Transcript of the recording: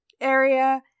area